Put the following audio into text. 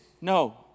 No